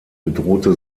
bedrohte